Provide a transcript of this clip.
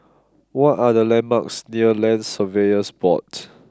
what are the landmarks near Land Surveyors Board